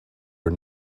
are